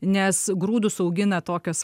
nes grūdus augina tokios